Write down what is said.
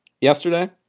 Yesterday